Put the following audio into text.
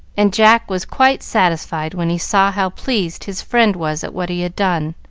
and jack was quite satisfied when he saw how pleased his friend was at what he had done.